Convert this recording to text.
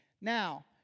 Now